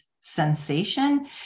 sensation